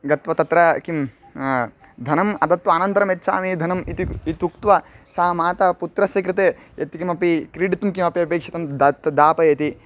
गत्वा तत्र किं धनम् अदत्वा अनन्तरं यच्छामि धनम् इति इतुक्त्वा सा माता पुत्रस्य कृते यत्किमपि क्रीडितुं किमपि अपेक्षितं दत् दापयति